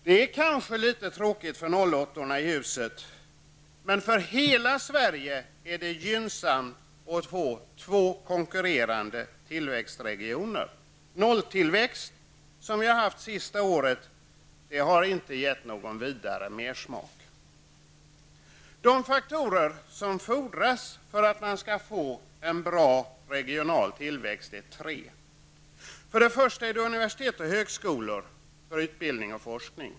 Det är kanske litet tråkigt för 08-orna i riksdagshuset, men för hela Sverige är det gynnsamt att få två konkurrerande tillväxtregioner. Den nolltillväxt vi haft det senaste året har inte givit någon vidare mersmak. De faktorer som fordras för att man skall få en bra regional tillväxt är tre. För det första är det universitet och högskolor för utbildning och forskning.